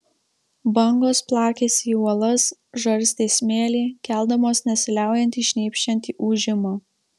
bangos plakėsi į uolas žarstė smėlį keldamos nesiliaujantį šnypščiantį ūžimą